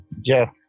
Jeff